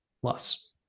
plus